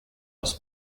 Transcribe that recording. aus